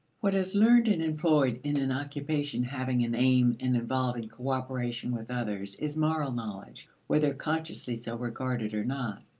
what is learned and employed in an occupation having an aim and involving cooperation with others is moral knowledge, whether consciously so regarded or not.